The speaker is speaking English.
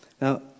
Now